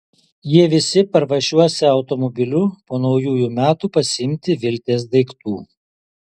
jie visi parvažiuosią automobiliu po naujųjų metų pasiimti viltės daiktų